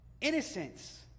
innocence